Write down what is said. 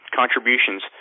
contributions